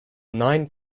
nine